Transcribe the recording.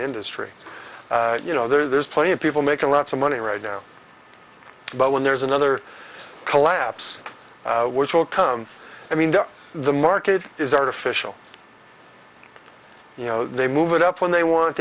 industry you know there's plenty of people making lots of money right now but when there's another collapse which will come i mean the market is artificial you know they move it up when they want